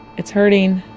it's hurting,